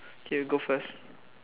K you go first